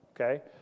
okay